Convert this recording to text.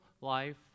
life